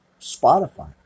spotify